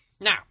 Now